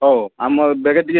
ହଉ ଆମର ବେଗେ ଟିକେ